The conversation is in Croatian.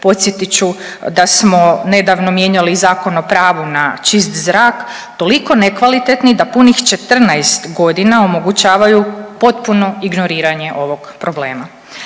podsjetit ću da smo nedavno mijenjali i Zakon o pravu na čist zrak toliko nekvalitetni da punih 14 godina omogućavaju potpuno ignoriranje ovog problema.